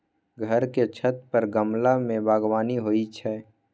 घर के छत पर गमला मे बगबानी होइ छै